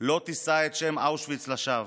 לא תישא את שם אושוויץ לשווא,